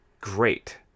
great